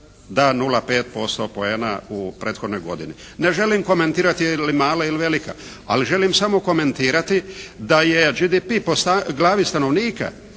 da 0,5% poena u prethodnoj godini. Ne želim komentirati je li mala ili velika, ali želim samo komentirati da je GDP po glavi stanovnika